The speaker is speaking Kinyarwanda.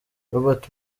robert